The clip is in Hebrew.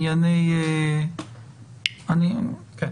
כן.